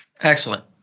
Excellent